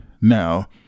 now